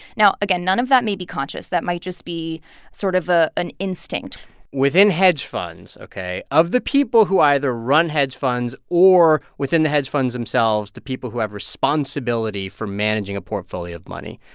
now, again, none of that may be conscious that might just be sort of ah an instinct within hedge funds ok? of the people who either run hedge funds or, within the hedge funds themselves, the people who have responsibility for managing a portfolio of money,